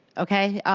okay?